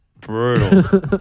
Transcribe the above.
brutal